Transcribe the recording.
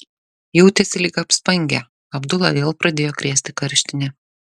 jautėsi lyg apspangę abdulą vėl pradėjo krėsti karštinė